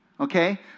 Okay